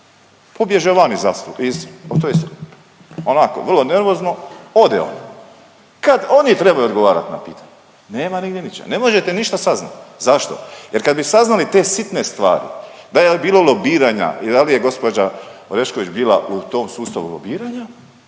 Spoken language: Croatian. Pobježe van iz, onako vrlo nervozno ode on. Kad oni trebaju odgovarat na pitanja nema nigdje ničega, ne možete ništa saznati. Zašto? Jer kad bi saznali te sitne stvari da jel' bilo lobiranja i da li je gospođa Orešković bila u tom sustavu lobiranja